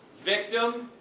victim,